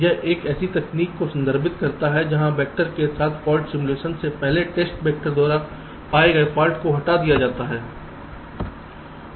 यह एक ऐसी तकनीक को संदर्भित करता है जहां वेक्टर के साथ फॉल्ट सिमुलेशन से पहले टेस्ट वेक्टर द्वारा पाए गए फाल्ट हटा दिए जाते हैं